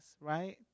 right